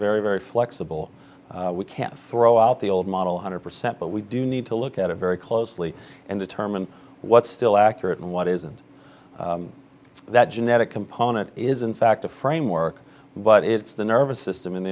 very very flexible we can't throw out the old model hundred percent but we do need to look at it very closely and determine what's still accurate and what isn't that genetic component is in fact a framework but it's the nervous system